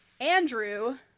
Andrew